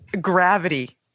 Gravity